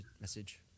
message